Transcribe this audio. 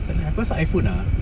beca~ because iPhone ah